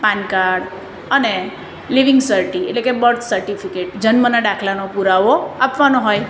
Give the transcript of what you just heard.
પાન card અને leaving cert એટલે કે બર્થ સર્ટિફિકેટ જન્મના દાખલાનો પુરાવો આપવાનો હોય